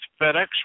FedEx